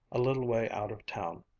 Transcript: a little way out of town,